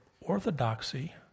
orthodoxy